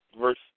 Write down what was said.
verse